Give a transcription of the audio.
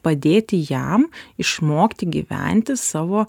padėti jam išmokti gyventi savo